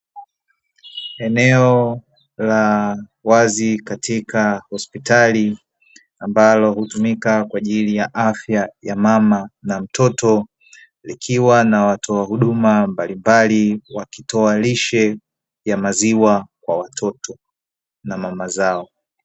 Eneo la wazi katika hospitali, ambalo hutumika kwa ajili ya afya ya mama na mtoto, likiwa na watoa huduma mbalimbali, wakitoa lishe ya maziwa kwa watoto na mama zao.